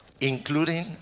including